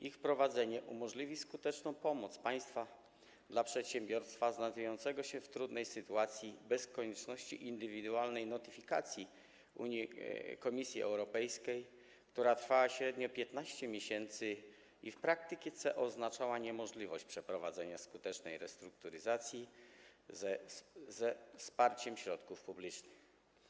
Ich wprowadzenie umożliwi skuteczną pomoc państwa dla przedsiębiorstwa znajdującego się w trudnej sytuacji bez konieczności indywidualnej notyfikacji Komisji Europejskiej, co trwa średnio 15 miesięcy i w praktyce oznaczało niemożność przeprowadzenia skutecznej restrukturyzacji ze wsparciem ze środków publicznych.